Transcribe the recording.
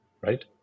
right